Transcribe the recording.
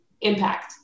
impact